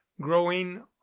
growing